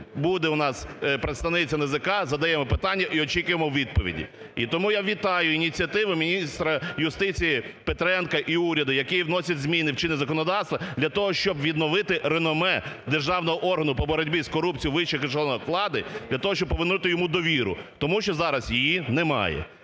буде у нас представниця НАЗК, задаємо питання і очікуємо відповіді. І тому я вітаю ініціативи міністра юстиції Петренка і уряду, які вносять зміни в чинне законодавство, для того, щоб відновити реноме державного органу по боротьбі з корупцією у вищих ешелонах влади, для того, щоб повернути йому довіру, тому що зараз її немає.